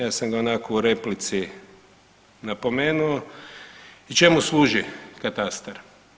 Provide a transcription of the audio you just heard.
Ja sam ga onako u replici napomenuo čemu služi katastar?